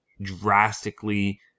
drastically